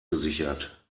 gesichert